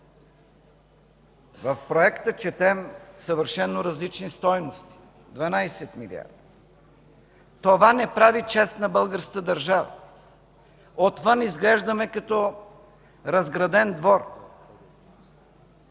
В проекта четем съвършено различни стойности – 12 милиарда. Това не прави чест на българската държава, отвън изглеждаме като разграден двор.